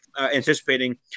anticipating